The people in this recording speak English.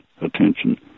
attention